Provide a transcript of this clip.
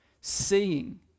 seeing